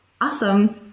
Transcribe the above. Awesome